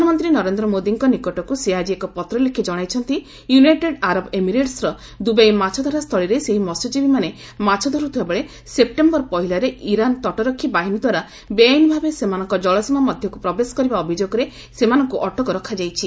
ପ୍ରଧାନମନ୍ତ୍ରୀ ନରେନ୍ଦ୍ର ମୋଦିଙ୍କ ନିକଟକୁ ସେ ଆଜି ଏକ ପତ୍ର ଲେଖି ଜଣାଇଛନ୍ତି ୟୁନାଇଟେଡ୍ ଆରବ ଏମିରେଟ୍ସ୍ର ଦୂର୍ବାଇ ମାଛଧରା ସ୍ଥଳୀରେ ସେହି ମହ୍ୟଜୀବୀମାନେ ମାଛ ଧରୁଥିବାବେଳେ ସେପ୍ଟେମ୍ବର ପହିଲାରେ ଇରାନ୍ ତଟରକ୍ଷୀ ବାହିନୀଦ୍ୱାରା ବେଆଇନ୍ ଭାବେ ସେମାନଙ୍କ ଜଳସୀମା ମଧ୍ୟକ୍ତ ପ୍ରବେଶ କରିବା ଅଭିଯୋଗରେ ସେମାନଙ୍କ ଅଟକ ରଖାଯାଇଛି